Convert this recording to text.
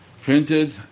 Printed